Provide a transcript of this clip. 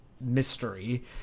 mystery